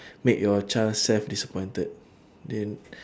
make your child self disappointed then